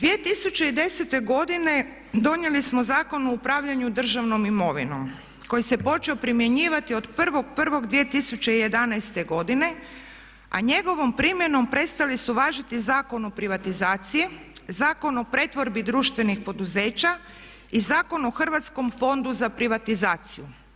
2010. godine donijeli smo Zakon o upravljanju državnom imovinom koji se počeo primjenjivati od 1.01.2011. godine a njegovom primjenom prestali su važiti Zakon o privatizaciji, Zakon o pretvorbi društvenih poduzeća i Zakon o Hrvatskom fondu za privatizaciju.